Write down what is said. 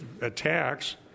attacks